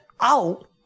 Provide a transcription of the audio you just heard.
out